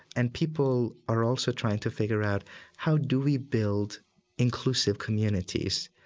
and people are also trying to figure out how do we build inclusive communities,